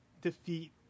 defeat